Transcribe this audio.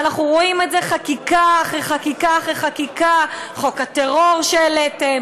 ואנחנו רואים את זה חקיקה אחרי חקיקה אחרי חקיקה: חוק הטרור שהעליתם,